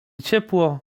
ciepło